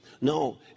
No